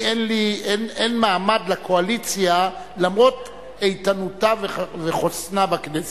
אין מעמד לקואליציה למרות איתנותה וחוסנה בכנסת.